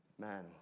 Man